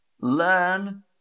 learn